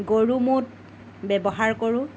গৰু মূত ব্যৱহাৰ কৰোঁ